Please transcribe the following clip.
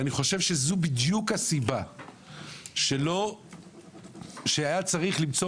אני חושב שזו בדיוק הסיבה שהיה צריך למצוא